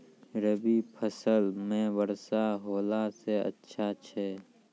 रवी फसल म वर्षा होला से अच्छा छै?